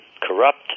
corrupt